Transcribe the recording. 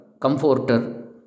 Comforter